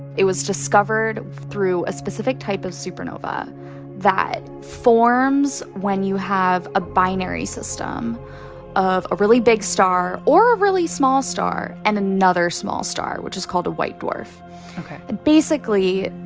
it was discovered through a specific type of supernova that forms when you have a binary system of a really big star or a really small star and another small star, which is called a white dwarf. and basically,